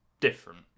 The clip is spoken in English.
different